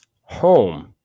Home